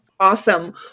Awesome